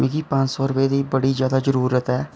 मिगी पंज सौ रपेऽ दी बड़ी जादा जरूरत ऐ